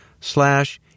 slash